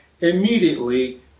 immediately